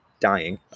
dying